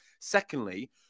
Secondly